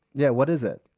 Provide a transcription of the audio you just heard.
yeah what is it?